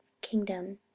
kingdom